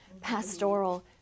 pastoral